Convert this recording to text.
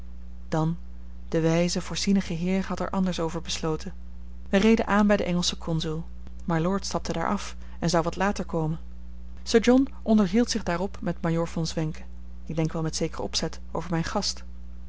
dan de wijze voorzienige heer had er anders over besloten wij reden aan bij den engelschen consul mylord stapte daar af en zou wat later komen sir john onderhield zich daarop met majoor von zwenken ik denk wel met zeker opzet over mijn gast